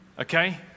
Okay